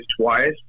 twice